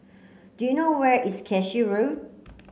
do you know where is Cashew Road